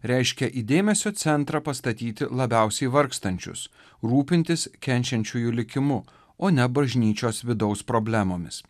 reiškia į dėmesio centrą pastatyti labiausiai vargstančius rūpintis kenčiančiųjų likimu o ne bažnyčios vidaus problemomis